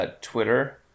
Twitter